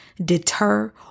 deter